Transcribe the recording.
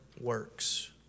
works